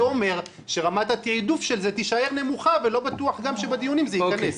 זה אומר שרמת התעדוף של זה תישאר נמוכה ולא בטוח שבדיונים זה ייכנס.